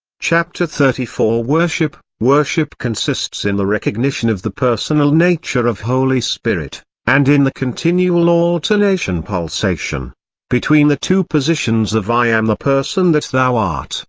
chapter thirty four worship worship consists in the recognition of the personal nature of holy spirit, and in the continual alternation between the two positions of i am the person that thou art,